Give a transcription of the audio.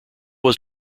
was